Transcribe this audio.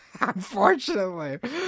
Unfortunately